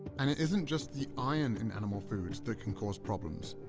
and it isn't just the iron in animal foods that can cause problems.